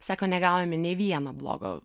sako negavome nė vieno blogo